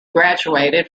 graduated